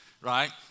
right